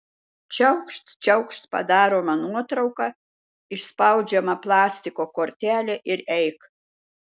čiaukšt čiaukšt padaroma nuotrauka išspaudžiama plastiko kortelė ir eik